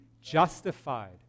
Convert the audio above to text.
justified